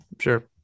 Sure